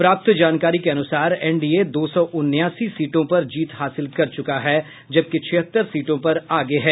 प्राप्त जानकारी के अनुसार एनडीए दो सौ उनासी सीटों पर जीत हासिल कर चुकी है जबकि छिहत्तर सीटों पर आगे है